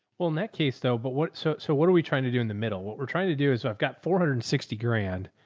well in that case though, but what, so, so what are we trying to do in the middle? what we're trying to do is i've got four hundred and sixty grand.